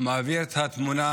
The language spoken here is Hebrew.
מעביר את התמונה